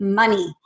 money